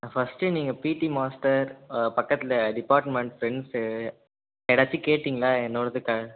நான் ஃபர்ஸ்ட்டே நீங்கள் பிடி மாஸ்டர் பக்கத்தில் டிப்பார்ட்மெண்ட் ஃப்ரெண்ட்ஸு யார்டாச்சு கேட்டீங்களா என்னோடது கா